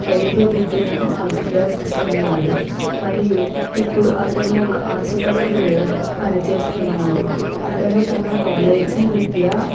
వైద్య విద్యలను అభ్యాసిస్తున్నాడు మరియు ఇప్పుడు అతను ఒక ఆసుపత్రిలో పనిచేస్తున్నాడు అతను తన కాలేజీ విద్య